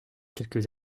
quelques